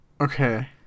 Okay